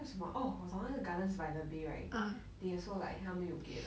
还有什么 oh 我懂那个 gardens by the bay right they also like 他们有给 like